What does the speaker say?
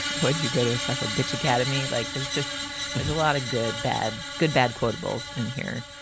would you go to a special bitch academy? like, there's just there's a lot of good, bad, good, bad quotables in here